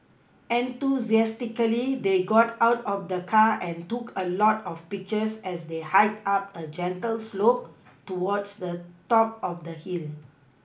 enthusiastically they got out of the car and took a lot of pictures as they hiked up a gentle slope towards the top of the hill